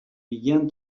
began